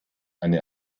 eine